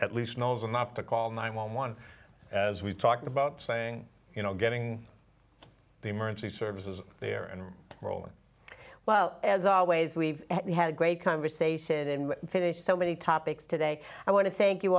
at least knows enough to call nine one one as we've talked about saying you know getting the emergency services there and rolling well as always we had a great conversation and faced so many topics today i want to thank you